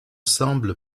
semble